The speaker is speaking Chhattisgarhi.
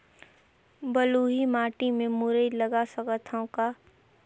बलुही माटी मे मुरई लगा सकथव का?